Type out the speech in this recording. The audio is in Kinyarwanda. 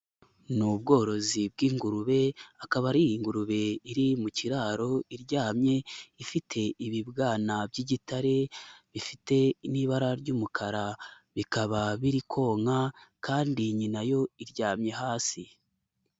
Ni ubworozi bw'ingurube, akaba ari ingurube iri mu kiraro iryamye ifite ibibwana by'igitare bifite n'ibara ry'umukara, bikaba biri konka kandi nyina yo iryamye hasi.